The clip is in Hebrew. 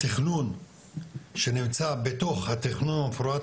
וכל תכנון שנמצא בתוך התכנון המפורט,